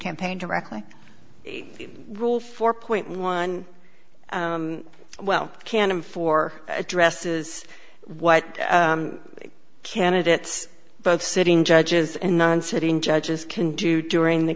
campaign directly rule four point one well can him for addresses what candidates both sitting judges in one sitting judges can do during the